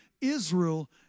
Israel